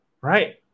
Right